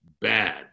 bad